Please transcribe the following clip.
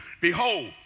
Behold